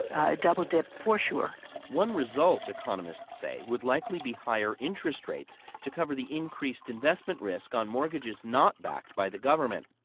a double-dip for sure one result, economists say, would likely be higher interest rates to cover the increased investment risk on mortgages not backed by the government.